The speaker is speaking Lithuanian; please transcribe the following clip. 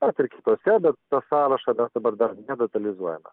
vat ir kitose bet to sąrašo dabar dar nedetalizuojame